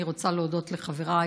אני רוצה להודות לחבריי